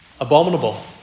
abominable